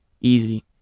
easy